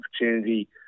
opportunity